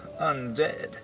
undead